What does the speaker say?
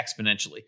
exponentially